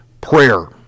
prayer